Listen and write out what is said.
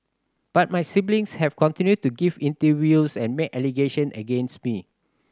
but my siblings have continued to give interviews and make allegation against me